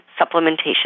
supplementation